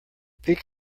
peak